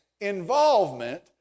involvement